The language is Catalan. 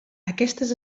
aquestes